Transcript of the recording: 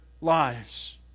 lives